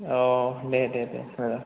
औ दे दे दे